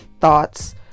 thoughts